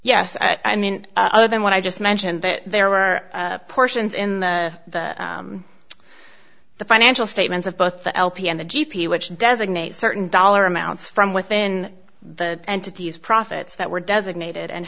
yes i mean other than what i just mentioned that there were portions in the the financial statements of both the lp and the g p which designate certain dollar amounts from within the entities profits that were designated and